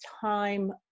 time